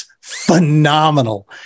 phenomenal